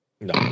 No